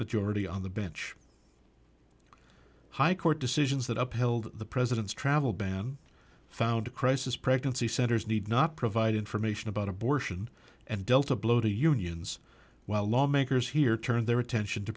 majority on the bench high court decisions that upheld the president's travel ban found a crisis pregnancy centers need not provide information about abortion and dealt a blow to unions while lawmakers here turned their attention to